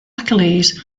achilles